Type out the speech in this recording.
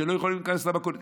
שלא יכולים להיכנס למכולת.